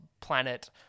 planet